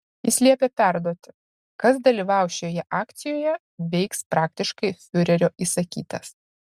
jis liepė perduoti kas dalyvaus šioje akcijoje veiks praktiškai fiurerio įsakytas